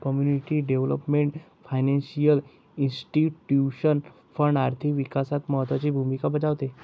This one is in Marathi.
community development financial institution fund आर्थिक विकासात महत्त्वाची भूमिका बजावते